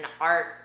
art